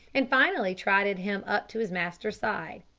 and finally trotted him up to his master's side.